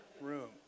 room